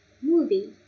movie